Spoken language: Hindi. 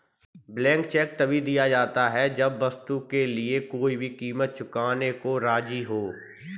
ब्लैंक चेक तभी दिया जाता है जब वस्तु के लिए कोई भी कीमत चुकाने को राज़ी हो